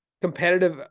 competitive